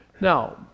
Now